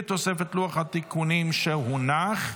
בתוספת לוח התיקונים שהונח.